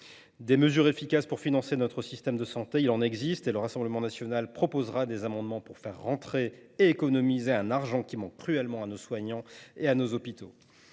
Des mesures efficaces pour financer notre système de santé existent. Le Rassemblement national proposera des amendements pour faire rentrer et économiser l’argent qui manque cruellement à nos soignants et à nos hôpitaux.